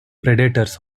predators